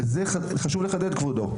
זה חשוב לחדד כבודו.